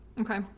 Okay